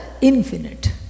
infinite